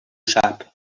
sap